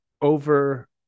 over